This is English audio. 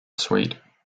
suite